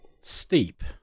steep